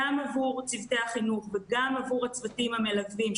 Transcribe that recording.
גם עבור צוותי החינוך וגם עבור הצוותים המלווים,